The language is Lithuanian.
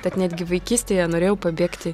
tad netgi vaikystėje norėjau pabėgti